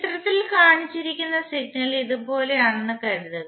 ചിത്രത്തിൽ കാണിച്ചിരിക്കുന്ന സിഗ്നൽ ഇതുപോലെയാണെന്ന് കരുതുക